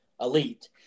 elite